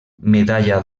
medalla